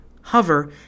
hover